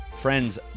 friends